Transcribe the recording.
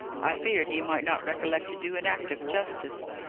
i feared he might not recollect to do an act of justice.